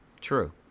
True